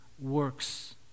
works